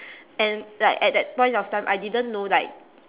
and like at that point of time I didn't know like